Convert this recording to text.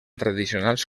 tradicionals